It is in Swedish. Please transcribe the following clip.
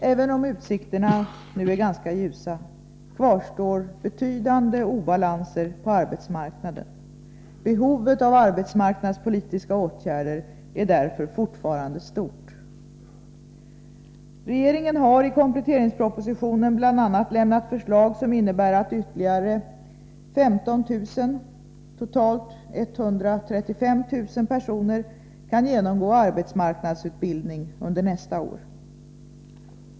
Även om utsikterna nu är ganska ljusa, kvarstår betydande obalanser på arbetsmarknaden. Behovet av arbetsmarknadspolitiska åtgärder är därför fortfarande stort. Regeringen har i kompletteringspropositionen bl.a. lämnat förslag som innebär att ytterligare 15 000 personer — totalt 135 000 — kan genomgå arbetsmarknadsutbildning under nästa år.